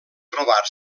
trobar